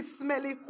Smelly